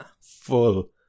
full